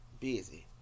Busy